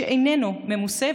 שאיננו ממוסה.